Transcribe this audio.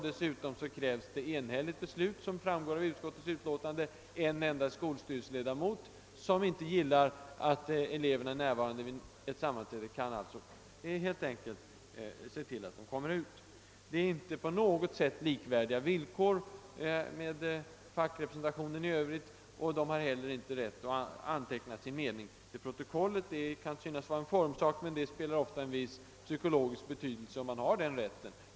Dessutom krävs, som framgår av utskottets utlåtande, enhälligt beslut; en enda skolstyrelseledamot som inte gillar att eleverna är närvarande vid ett sammanträde kan helt enkelt se till att de får gå ut. Detta är inte på något sätt likvärdiga villkor med fackrepresentationen i övrigt. Eleverna har heller inte rätt att anteckna sin mening till protokollet. Det kan synas vara en formsak, men denna rätt har ofta en viss psykologisk betydelse.